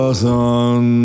sun